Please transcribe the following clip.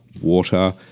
water